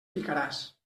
picaràs